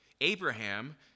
Abraham